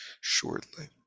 shortly